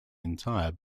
entire